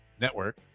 Network